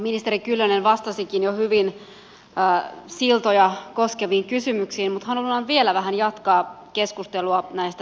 ministeri kyllönen vastasikin jo hyvin siltoja koskeviin kysymyksiin mutta haluan vielä vähän jatkaa keskustelua näistä silloista